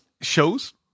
shows